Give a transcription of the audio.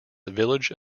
village